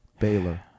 Baylor